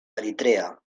eritrea